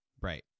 Right